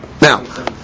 Now